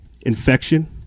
infection